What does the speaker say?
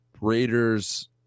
Raiders